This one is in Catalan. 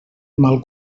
mal